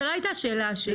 זה לא הייתה השאלה שלי,